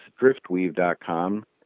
driftweave.com